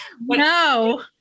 No